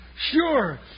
Sure